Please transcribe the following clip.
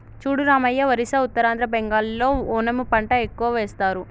చూడు రామయ్య ఒరిస్సా ఉత్తరాంధ్ర బెంగాల్లో ఓనము పంట ఎక్కువ వేస్తారు